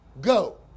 Go